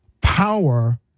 power